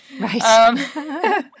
Right